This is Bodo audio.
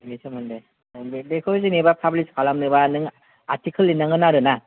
अ बेनि सोमोन्दै बेखौ जेनोबा फाब्लिस खालामनोबा नों आरथिकोल लिरनांगोन आरो ना